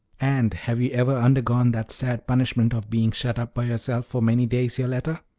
and have you ever undergone that sad punishment of being shut up by yourself for many days, yoletta?